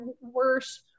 worse